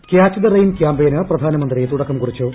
catch the rain ക്യാമ്പയിന് പ്രധാനമന്ത്രി തുടക്കം കുറിച്ചു